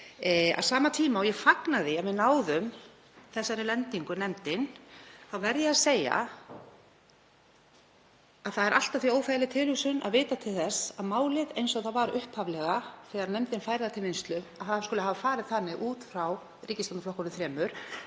Á sama tíma og ég fagna því að við skyldum hafa náð þessari lendingu, nefndin, þá verð ég að segja að það er allt að því óþægileg tilhugsun að vita til þess að málið eins og það var upphaflega, þegar nefndin fékk það til vinnslu, skuli hafa farið þannig frá ríkisstjórnarflokkunum þremur,